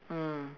mm